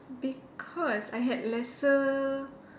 because I had lesser